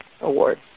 Award